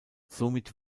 somit